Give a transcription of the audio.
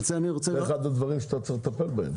זה אחד הדברים שאתה צריך לטפל בהם.